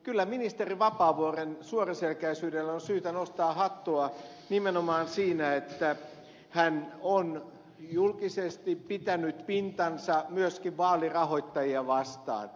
kyllä ministeri vapaavuoren suoraselkäisyydelle on syytä nostaa hattua nimenomaan siinä että hän on julkisesti pitänyt pintansa myöskin vaalirahoittajia vastaan